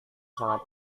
sangat